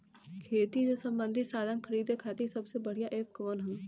खेती से सबंधित साधन खरीदे खाती सबसे बढ़ियां एप कवन ह?